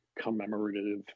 commemorative